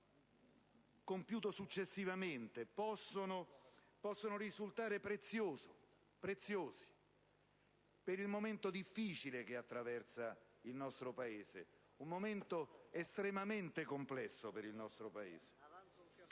compiuto successivamente possono risultare preziose per il momento difficile che attraversa il nostro Paese. È un momento estremamente complesso per il nostro Paese.